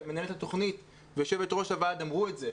ומנהלת התוכנית ויושבת-ראש ועד העובדים בתוכנית קרב אמרו את זה,